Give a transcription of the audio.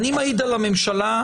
אני מעיד על הממשלה,